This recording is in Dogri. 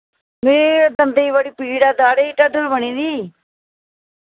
में दंदे गी बड़ी पीड़ ऐ दाड़ै ई ढड्डल बनी दी